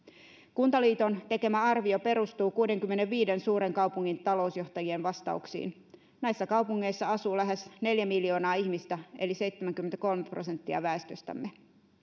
kuntaliiton tekemä arvio perustuu kuudenkymmenenviiden suuren kaupungin talousjohtajien vastauksiin näissä kaupungeissa asuu lähes neljä miljoonaa ihmistä eli seitsemänkymmentäkolme prosenttia väestöstämme